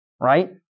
right